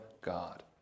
God